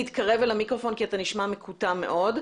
להתקרב אל המיקרופון כי אתה נשמע מקוטע מאוד.